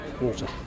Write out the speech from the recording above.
water